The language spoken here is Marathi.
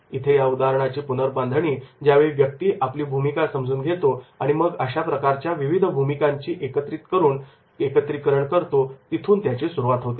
इथे या उदाहरणाची पुनर्बांधणी ज्यावेळी व्यक्ती आपली भूमिका समजून घेतो आणि मग अशा प्रकारच्या विविध भूमिकांची एकत्रीकरण करून सुरुवात होते